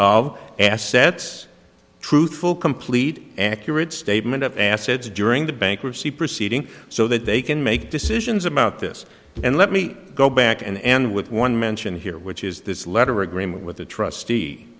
of assets truthful complete accurate statement of assets during the bankruptcy proceeding so that they can make decisions about this and let me go back and with one mention here which is this letter agreement with the trustee